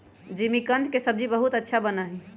जिमीकंद के सब्जी बहुत अच्छा बना हई